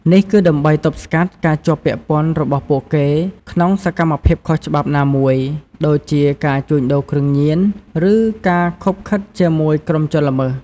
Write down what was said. នេះគឺដើម្បីទប់ស្កាត់ការជាប់ពាក់ព័ន្ធរបស់ពួកគេក្នុងសកម្មភាពខុសច្បាប់ណាមួយ ដូចជាការជួញដូរគ្រឿងញៀន ឬការឃុបឃិតជាមួយក្រុមជនល្មើស។